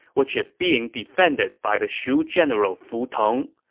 which is being defended by the shu general fu tong.